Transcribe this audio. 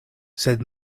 sed